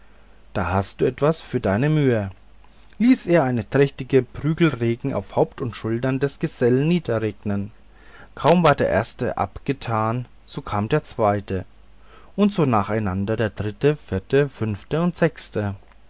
da hast du etwas für deine müh ließ er einen tüchtigen prügelregen auf haupt und schultern des gesellen niederregnen kaum war der erste abgetan so kam der zweite und so nacheinander der dritte vierte fünfte und sechste